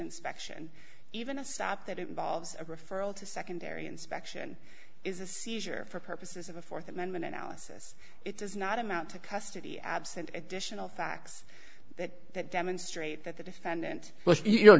inspection even a stop that involves a referral to secondary inspection is a seizure for purposes of the th amendment analysis it does not amount to custody absent additional facts that demonstrate that the defendant you